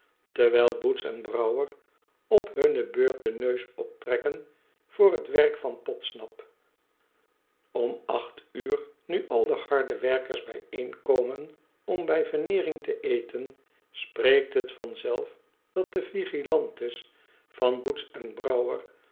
terwijl boots en brouwer op hunne beurt den neus optrekken voor het werk van podsnap om acht uur nu al de harde werkers bijeenkomen om bij veneering te eten spreekt het van zelf dat de vigilantes van boots en brouwer